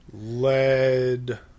Lead